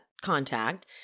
contact